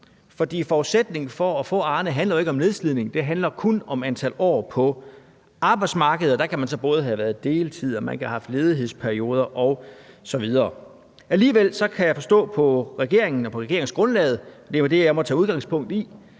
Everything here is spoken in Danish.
forudsætningen for at få Arnepension handler ikke om nedslidningen; det handler kun om antal år på arbejdsmarkedet, og der kan man så både have været på deltid, og man kan have haft ledighedsperioder osv. Alligevel kan jeg forstå på regeringen og regeringsgrundlaget – det er det, jeg må tage udgangspunkt i